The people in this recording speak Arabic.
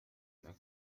أكبر